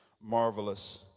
marvelous